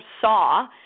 saw